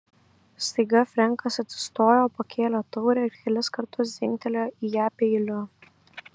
staiga frenkas atsistojo pakėlė taurę ir kelis kartus dzingtelėjo į ją peiliu